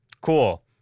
Cool